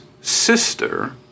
sister